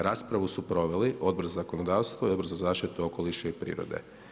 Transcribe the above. Raspravu su proveli Odbor za zakonodavstvo i Odbor za zaštitu okoliša i prirode.